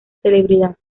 celebridad